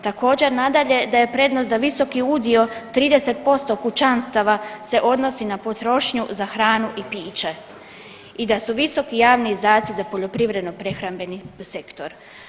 Također nadalje, da je prednost da visoki udio 30% kućanstava se odnosi na potrošnju za hranu i piće i da su visoki javni izdaci za poljoprivredno prehrambeni sektor.